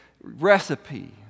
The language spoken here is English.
recipe